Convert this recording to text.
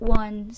one